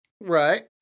Right